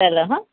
ચલો હોં